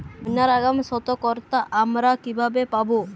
বন্যার আগাম সতর্কতা আমরা কিভাবে পাবো?